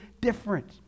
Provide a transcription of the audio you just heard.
different